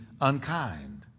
unkind